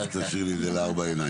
אז לא, אז תשאיר לי את זה בארבע עיניים.